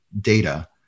data